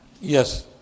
Yes